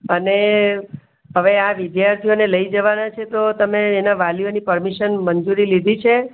અને હવે આ વિદ્યાર્થીઓને લઈ જવાના છે તો તમે એમનાં વાલીઓની પરમિશન મંજૂરી લીધી છે